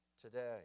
today